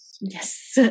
yes